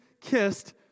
kissed